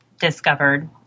discovered